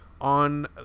on